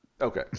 Okay